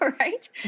Right